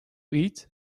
eat